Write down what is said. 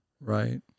Right